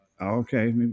okay